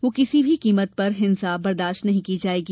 वहां किसी भी कीमत पर हिंसा बर्दास्त नहीं की जायेगी